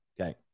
Okay